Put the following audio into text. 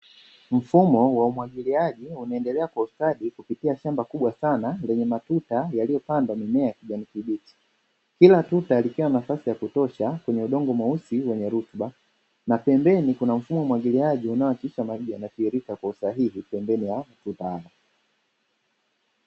Mfumo wa umwagiliaji unaendelea kwa ustadi kupitia shamba kubwa sana lenye matuta yaliyopandwa mimea ya kijani kibichi, kila tuta likiwa na nafasi ya kutosha kwenye udongo mweusi wenye rutuba na pembeni kuna mfumo wa umwagiliaji unaohakikisha maji yanatiririka kwa usahihi pembeni ya tuta lake.